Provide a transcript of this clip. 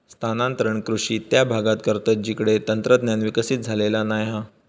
स्थानांतरण कृषि त्या भागांत करतत जिकडे तंत्रज्ञान विकसित झालेला नाय हा